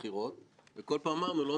בכל פעם נאמר: "הולכים לבחירות,